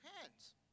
hands